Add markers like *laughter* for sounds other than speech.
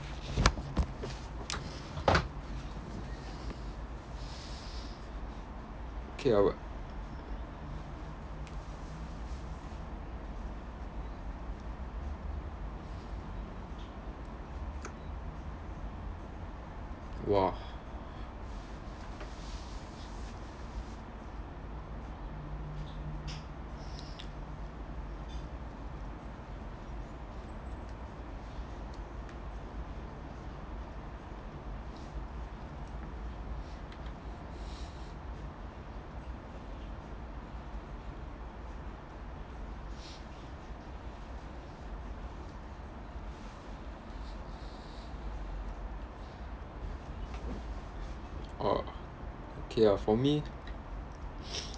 okay ah w~ !wah! *breath* *breath* *breath* orh okay ah for me *noise*